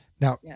Now